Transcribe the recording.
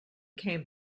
came